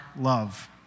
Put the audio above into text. love